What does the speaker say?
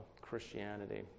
Christianity